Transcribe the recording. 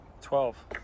Twelve